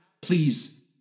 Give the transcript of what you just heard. please